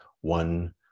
one